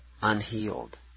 unhealed